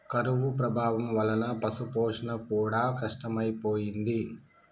కరువు ప్రభావం వలన పశుపోషణ కూడా కష్టమైపోయింది